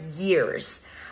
years